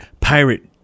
pirate